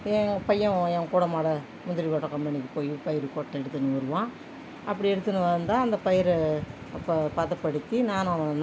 என் பையன் என் கூடமாட முந்திரிகொட்டை கம்பேனிக்கு போய் பயிர் கொட்டை எடுத்துன்னு வருவான் அப்படி எடுத்துன்னு வந்தால் அந்த பயிரை பதப்படுத்தி நானும் அவனுந்தான்